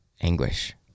anguish